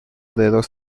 dedos